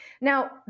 Now